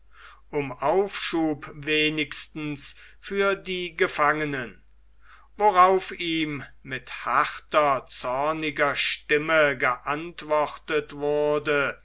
um aufschub wenigstens für die gefangenen worauf ihm mit harter zorniger stimme geantwortet wurde